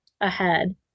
ahead